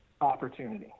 opportunity